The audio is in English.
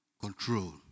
control